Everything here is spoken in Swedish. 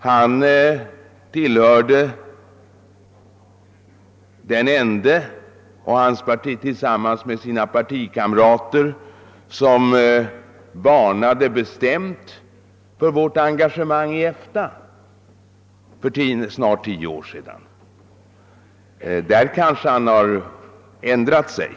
Han tillhörde dem som tillsammans med sina partikamrater bestämt varnade för vårt engagemang i EFTA för snart tio år sedan. Härvidlag har han kanske ändrat sig.